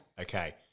Okay